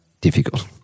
difficult